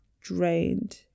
drained